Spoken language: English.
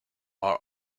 are